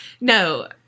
No